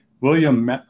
William